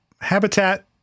Habitat